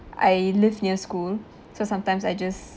I live near school so sometimes I just